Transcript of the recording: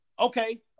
Okay